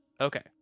Okay